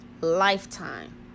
lifetime